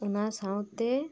ᱚᱱᱟ ᱥᱟᱶᱛᱮ